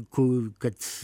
kur kad